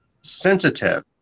sensitive